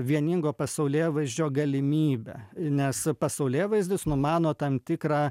vieningo pasaulėvaizdžio galimybę nes pasaulėvaizdis numano tam tikrą